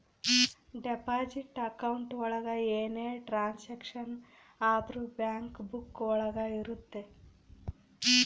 deposit account ಒಳಗ ಏನೇ transaction ಆದ್ರೂ ಬ್ಯಾಂಕ್ ಬುಕ್ಕ ಒಳಗ ಇರುತ್ತೆ